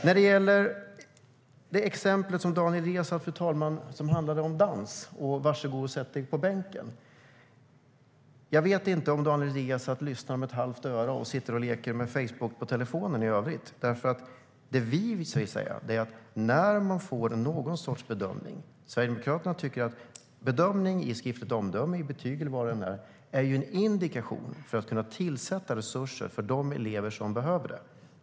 Daniel Riazat tog upp ett exempel, fru talman, som handlade om dans och om att behöva gå och sätta sig på bänken. Jag vet inte om Daniel Riazat lyssnar med ett halvt öra och sitter och leker med Facebook på telefonen i övrigt. Sverigedemokraterna anser att bedömning genom skriftligt omdöme, betyg eller annat ger en indikation som ska göra att man kan tillsätta resurser för de elever som behöver dem.